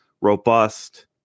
robust